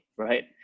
right